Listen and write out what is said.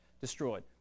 destroyed